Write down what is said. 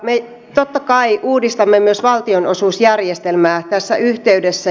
me totta kai uudistamme myös valtionosuusjärjestelmää tässä yhteydessä